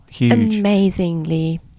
Amazingly